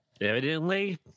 Evidently